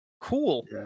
Cool